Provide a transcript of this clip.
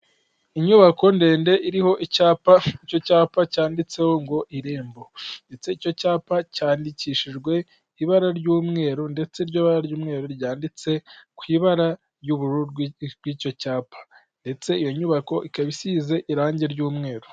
Inyubako ndende iriho icyapa, icyo cyapa cyanditseho ngo "irembo" ndetse icyo cyapa cyandikishijwe ibara ry'umweru ndetse iryo bara ry'umweru ryanditse ku ibara ry'ubururu ry'icyo cyapa ndetse iyo nyubako ikaba isize irangi ry'umweru.